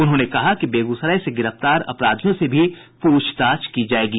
उन्होंने कहा कि बेगूसराय से गिरफ्तार अपराधियों से भी पूछताछ की जायेगी